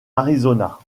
arizona